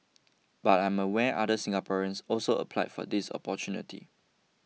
but I am aware other Singaporeans also applied for this opportunity